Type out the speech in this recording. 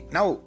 Now